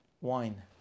wine